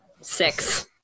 Six